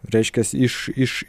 reiškias iš iš